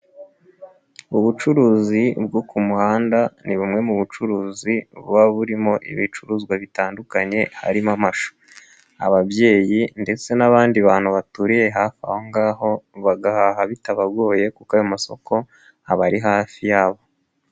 Ubucuruzi bwo ku muhanda ni bumwe mu bucuruzi buba burimo ibicuruzwa bitandukanye harimo amashu, ababyeyi ndetse n'abandi bantu baturiye hafi aho ngaho bagahaha bitabagoye kuko ayo masoko aba ari hafi yabo.